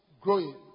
growing